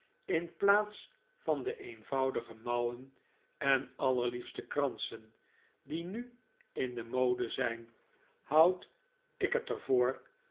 in plaats van de eenvoudige mouwen en allerliefste kransen die nu in de mode zijn houd ik het